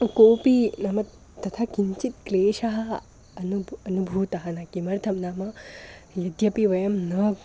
कोपि नाम तथा किञ्चित् क्लेशः अनुबु अनुभूतः न किमर्थं नाम यद्यपि वयं न